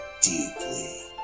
deeply